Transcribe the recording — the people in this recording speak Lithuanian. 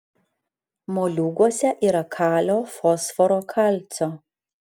moliūguose yra kalio fosforo kalcio